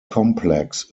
complex